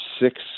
six